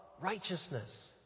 righteousness